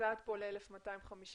המוצעת ל-1250